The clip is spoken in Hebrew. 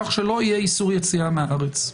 כך שלא יהיה איסור יציאה מהארץ.